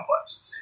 complex